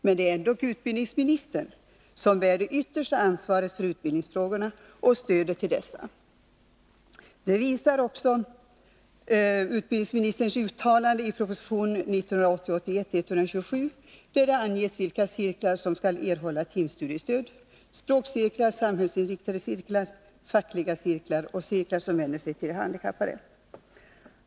Men det är ändock utbildningsministern som bär det yttersta ansvaret för utbildningsfrågorna och stödet till dessa. Det visar också utbildningsministerns uttalande i proposition 1980/81:127, där det anges vilka cirklar som skall erhålla timstudiestöd: språkcirklar, samhällsinriktade cirklar, fackliga cirklar och cirklar som vänder sig till handikappade.